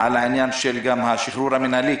על עניין השחרור המינהלי,